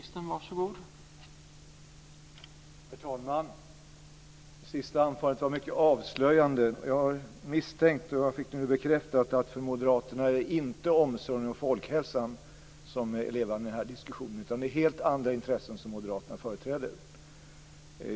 Herr talman! Det sista anförandet var mycket avslöjande. Jag har misstänkt, och jag fick det nu bekräftat, att för moderaterna är det inte omsorgen om folkhälsan som är levande i den här diskussionen, utan det är helt andra intressen som moderaterna företräder.